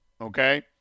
okay